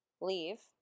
leave